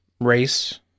race